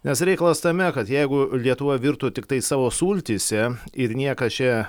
nes reikalas tame kad jeigu lietuva virtų tiktai savo sultyse ir niekas čia